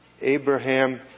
Abraham